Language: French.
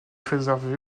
réservée